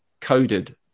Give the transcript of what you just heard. coded